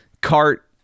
cart